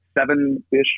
seven-ish